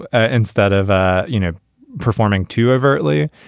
ah instead of ah you know performing too overtly.